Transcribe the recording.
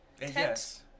Yes